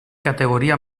categoria